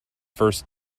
first